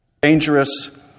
Dangerous